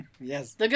Yes